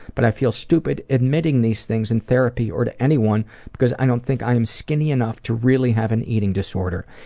but i feel stupid admitting these things in therapy or to anyone because i don't think i am skinny enough to really have an eating disorder.